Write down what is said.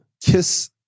kiss